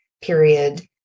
period